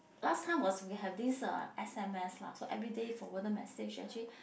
last time was we have this uh S_M_S lah so everyday forwarded message actually